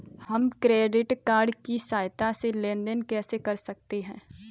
हम credit card की सहायता से लेन देन कैसे कर सकते हैं?